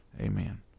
Amen